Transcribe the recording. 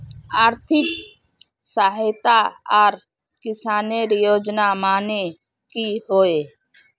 आर्थिक सहायता आर किसानेर योजना माने की होय?